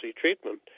treatment